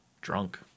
drunk